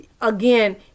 again